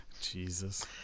Jesus